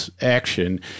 action